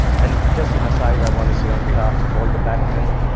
and just an aside i want to say on behalf of all the batmen,